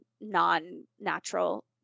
non-natural